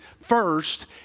first